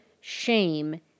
shame